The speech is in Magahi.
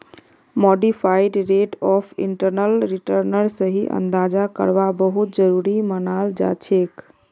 मॉडिफाइड रेट ऑफ इंटरनल रिटर्नेर सही अंदाजा करवा बहुत जरूरी मनाल जाछेक